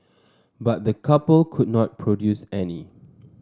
but the couple could not produce any